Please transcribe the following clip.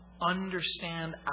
understand